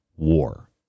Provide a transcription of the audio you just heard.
war